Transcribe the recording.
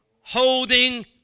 Holding